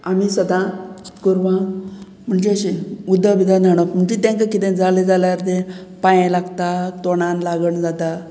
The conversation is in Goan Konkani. आमी सदांच गोरवांक म्हणजे अशें उदक बिध न्हांणप म्हणजे तांकां कितें जालें जाल्यार तें पांय लागता तोंडान लागण जाता